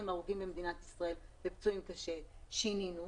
הרוגים ופצועים קשה במדינת ישראל שינינו,